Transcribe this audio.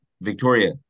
Victoria